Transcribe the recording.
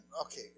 Okay